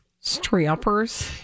Strippers